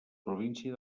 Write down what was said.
província